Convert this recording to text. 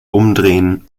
umdrehen